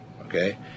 okay